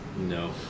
No